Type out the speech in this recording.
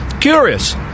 Curious